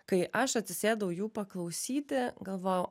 kai aš atsisėdau jų paklausyti galvojau